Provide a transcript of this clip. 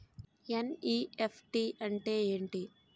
NEFT అంటే ఎంటి?